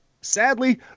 sadly